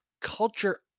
culture